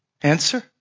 Answer